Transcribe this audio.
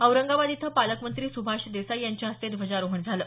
औरंगाबाद इथं पालकमंत्री सुभाष देसाई यांच्या हस्ते ध्वजारोहण झालं